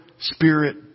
spirit